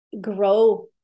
grow